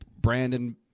Brandon